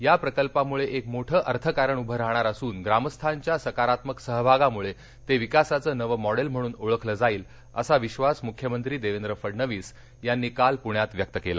या प्रकल्पामुळे एक मोठे अर्थकारण उभं राहणार असून ग्रामस्थांच्या सकारात्मक सहभागामुळे ते विकासाचं नवं मॉडेल म्हणून ओळखलं जाईल असा विश्वास मुख्यमंत्री देवेंद्र फडणवीस यांनी काल पृण्यात व्यक्त केला